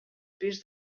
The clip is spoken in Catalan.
pis